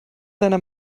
deiner